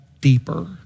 deeper